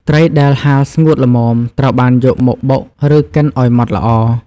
ត្រីដែលហាលស្ងួតល្មមត្រូវបានយកមកបុក ឬកិនឱ្យម៉ដ្ឋល្អ។